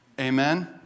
Amen